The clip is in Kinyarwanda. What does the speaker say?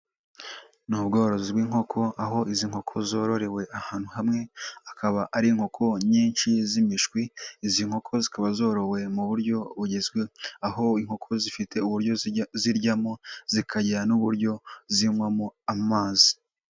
Ni ubworozi bw'inkoko aho izi nkoko zororewe ahantu hamwe akaba ari inkoko nyinshi z'imishwi, izi nkoko zikaba zorowe mu buryo bugezweho, aho inkoko zifite uburyo ziryamo, zikagira n'uburyo zinywamo amazi